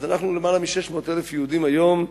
אז אנחנו יותר מ-600,000 יהודים היום,